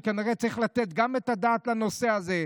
שכנראה צריך לתת את הדעת לנושא הזה.